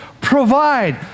provide